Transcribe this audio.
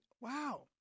Wow